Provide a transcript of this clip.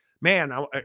Man